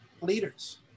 leaders